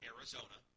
Arizona